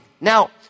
Now